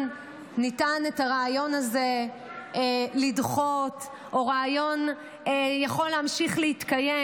ניתן לדחות, או רעיון יכול להמשיך להתקיים,